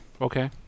Okay